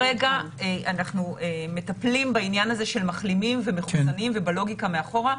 כרגע אנחנו מטפלים בעניין הזה של מחלימים ומחוסנים ובלוגיקה מאחורה.